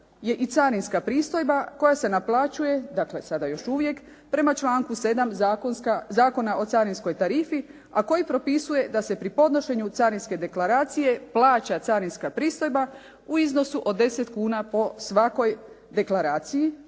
naplata sporna je i carinska pristojba koja se naplaćuje, dakle sada još uvijek prema članku 7. Zakona o carinskoj tarifi, a koji propisuje da se pri podnošenju carinske deklaracije plaća carinska pristojba u iznosu od 10 kuna po svakoj deklaraciji,